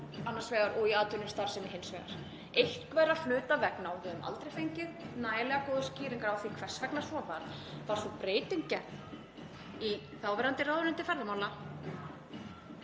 annars vegar og atvinnustarfsemi hins vegar. Einhverra hluta vegna, og við höfum aldrei fengið nægilega góðar skýringar á því hvers vegna svo var, var sú breyting gerð í þáverandi ráðuneyti ferðamála